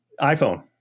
iPhone